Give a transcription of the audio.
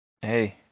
hey